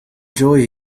joy